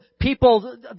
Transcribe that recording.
people